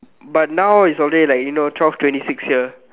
but now is already like you know twelve twenty six here